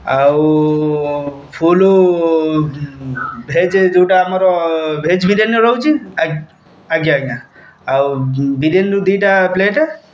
ଆଉ full veg ଯେଉଁଟା ଆମର ଭେଜ୍ ବିରିୟାନୀର ରହୁଛି ଆଜ୍ଞା ଆଜ୍ଞା ଆଉ ବିରିୟାନୀରୁ ଦୁଇଟା ପ୍ଲେଟ୍